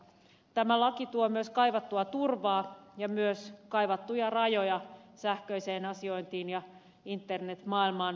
tämä laki tuo myös kaivattua turvaa ja myös kaivattuja rajoja sähköiseen asiointiin ja internet maailmaan